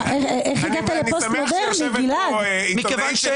שאפילו אני שמח שיושבת פה עיתונאית של